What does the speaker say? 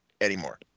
anymore